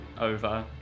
over